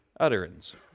utterance